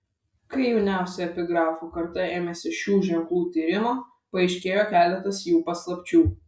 kai jauniausia epigrafų karta ėmėsi šių ženklų tyrimo paaiškėjo keletas jų paslapčių